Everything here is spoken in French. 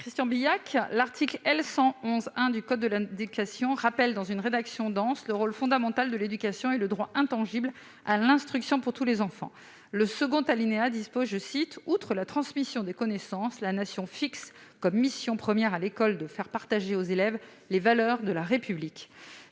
Christian Bilhac. L'article L. 111-1 du code de l'éducation rappelle, dans une rédaction dense, le rôle fondamental de l'éducation et le droit intangible à l'instruction pour tous les enfants. Le deuxième alinéa de cet article dispose :« Outre la transmission des connaissances, la Nation fixe comme mission première à l'école de faire partager aux élèves les valeurs de la République.